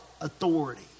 Authority